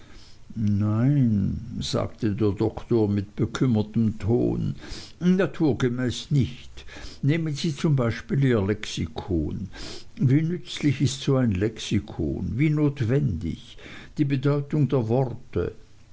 nein sagte der doktor mit bekümmertem ton naturgemäß nicht nehmen sie zum beispiel ihr lexikon wie nützlich ist so ein lexikon wie notwendig die bedeutung der worte